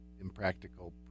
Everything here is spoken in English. impractical